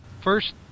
First